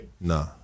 nah